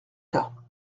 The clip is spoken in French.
cas